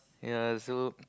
ya so